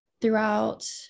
throughout